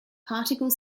particle